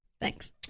thanks